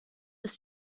ist